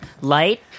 light